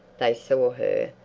they saw her,